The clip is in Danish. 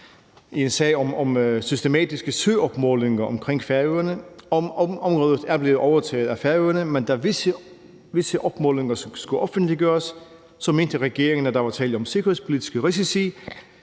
i en sag om systematiske søopmålinger omkring færingerne. Området er blevet overtaget af Færøerne, men da visse opmålinger skulle offentliggøres, mente regeringen, at der var tale om sikkerhedspolitiske risici.